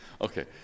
Okay